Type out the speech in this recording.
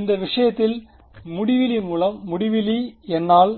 இந்த விஷயத்தில் முடிவிலி மூலம் முடிவிலி என்னால்